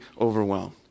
overwhelmed